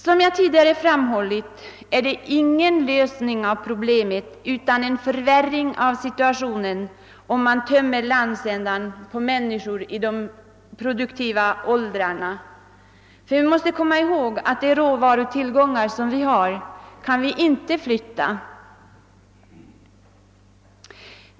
Som jag tidigare fram hållit innebär det ingen lösning av problemet utan en förvärring av situationen, om man tömmer landsändan på människor i de produktiva åldrarna, ty vi måste komma ihåg att de råvarutillgångar vi har ju inte kan flyttas.